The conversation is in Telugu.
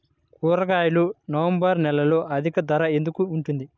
కూరగాయలు నవంబర్ నెలలో అధిక ధర ఎందుకు ఉంటుంది?